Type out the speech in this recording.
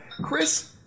Chris